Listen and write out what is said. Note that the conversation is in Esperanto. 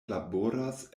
laboras